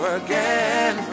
again